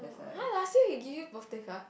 oh [huh] last year he give you birthday card